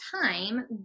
time